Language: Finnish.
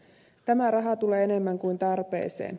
tämä raha tulee enemmän kuin tarpeeseen